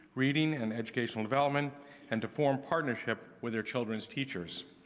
reading and educational development and to form partnership with their children's teachers.